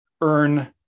earn